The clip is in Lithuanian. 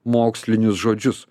mokslinius žodžius